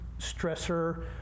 stressor